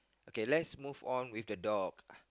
okay let's move on with the dog